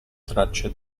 tracce